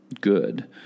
good